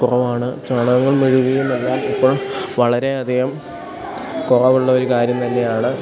കുറവാണ് ചാണകങ്ങൾ മെഴുകിയും എന്നാൽ ഇപ്പോൾ വളരെ അധികം കുറവുള്ളൊരു ഒരു കാര്യം തന്നെയാണ്